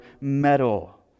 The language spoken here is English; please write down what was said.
metal